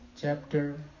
Chapter